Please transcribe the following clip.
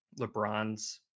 LeBron's